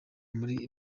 muri